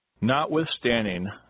Notwithstanding